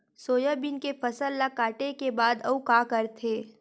Soybean के फसल ल काटे के बाद आऊ का करथे?